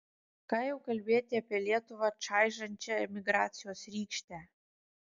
ką jau kalbėti apie lietuvą čaižančią emigracijos rykštę